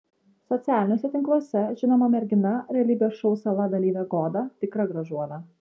socialiniuose tinkluose žinoma mergina realybės šou sala dalyvė goda tikra gražuolė